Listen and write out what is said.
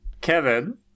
Kevin